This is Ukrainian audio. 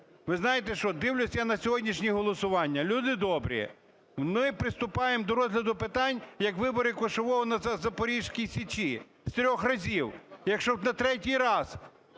Ви знаєте, що дивлюсь я на сьогоднішні голосування, люди добрі, ми приступаємо до розгляду питань, як вибори кошового на Запорізькій Січі: з трьох разів, якщо б на третій раз